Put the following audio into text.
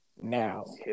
Now